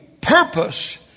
purpose